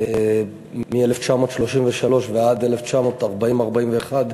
מ-1933 ועד 1940, 1941,